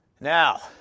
Now